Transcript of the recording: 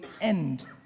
end